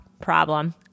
problem